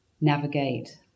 navigate